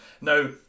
Now